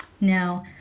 now